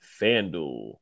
FanDuel